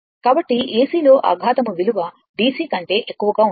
కాబట్టి ఎసిలో అఘాతము విలువ డిసి కంటే ఎక్కువగా ఉంటుంది